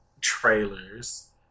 trailers